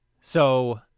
So-